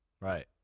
Right